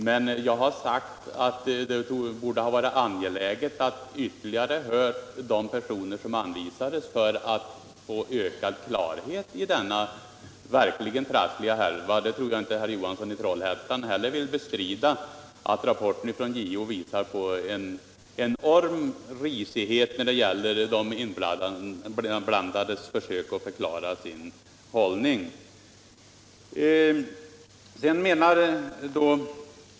Men jag har sagt att det borde ha varit angeläget att ytterligare höra de personer som anvisades för att få ökad klarhet i denna verkligt trassliga härva — jag tror inte att herr Johansson i Trollhättan vill bestrida att rapporten från JO visar på en enorm risighet när det gäller de inblandades försök att förklara sin hållning.